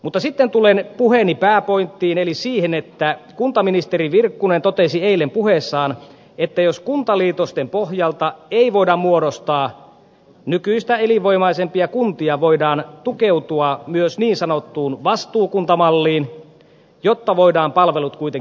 mutta sitten tulen puheeni pääpointtiin eli siihen että kuntaministeri virkkunen totesi eilen puheessaan että jos kuntaliitosten pohjalta ei voida muodostaa nykyistä elinvoimaisempia kuntia voidaan tukeutua myös niin sanottuun vastuukuntamalliin jotta voidaan palvelut kuitenkin järjestää